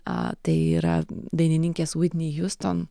a tai yra dainininkės vitni hjuston